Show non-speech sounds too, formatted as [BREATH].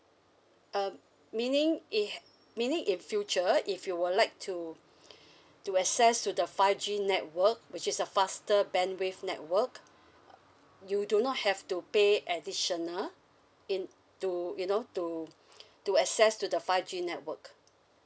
uh meaning it h~ meaning in future if you would like to [BREATH] to access to the five G network which is a faster bandwidth network uh you do not have to pay additional in to you know to [BREATH] to access to the five G network